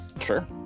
Sure